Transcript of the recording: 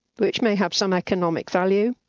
which may have some economic value,